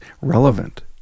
relevant